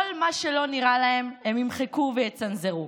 כל מה שלא נראה להם הם ימחקו ויצנזרו.